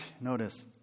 notice